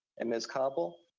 and ms. coble,